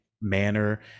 manner